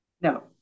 No